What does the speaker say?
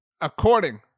According